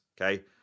Okay